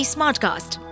Smartcast